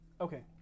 Okay